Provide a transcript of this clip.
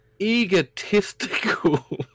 egotistical